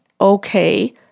okay